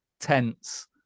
tense